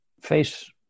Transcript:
face